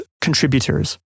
contributors